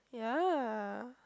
yeah